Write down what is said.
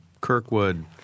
Kirkwood